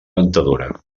ventadora